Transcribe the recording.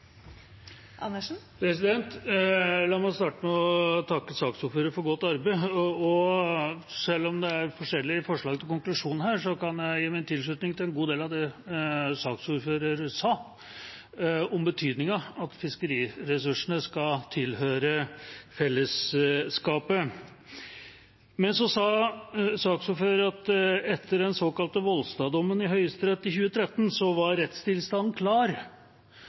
forskjellige forslag til konklusjon her, kan jeg gi min tilslutning til en god del av det saksordføreren sa om betydningen av at fiskeressursene skal tilhøre fellesskapet. Men så sa saksordføreren at rettstilstanden var klar etter den såkalte Volstad-dommen i Høyesterett i 2013.